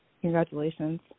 Congratulations